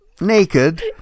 naked